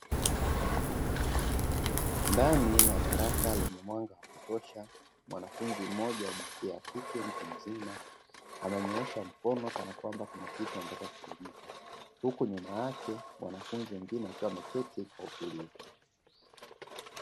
Ndani ya darasa lenye mwanga wa kutosha, mwanafunzi mmoja jinsia ya kike, mtu mzima, amenyoosha mkono kana kwamba kuna kitu anataka kuuliza; huku nyuma yake wanafunzi wengine wakiwa wameketi kwa utulivu.